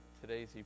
today's